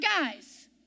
guys